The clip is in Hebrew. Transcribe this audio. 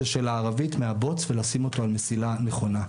של הערבית מהבוץ ולשים אותו על המסילה הנכונה.